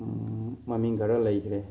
ꯃꯃꯤꯡ ꯈꯔ ꯂꯩꯈ꯭ꯔꯦ